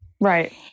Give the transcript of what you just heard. Right